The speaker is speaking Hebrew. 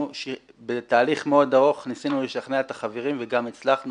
אנחנו בתהליך מאוד ארוך ניסינו לשכנע את החברים וגם הצלחנו